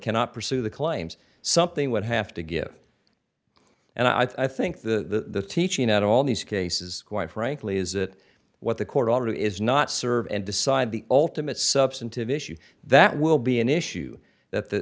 cannot pursue the claims something would have to give and i think the teaching at all these cases quite frankly is that what the court order to is not serve and decide the ultimate substantive issue that will be an issue